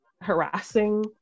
harassing